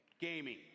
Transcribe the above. gaming